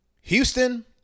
Houston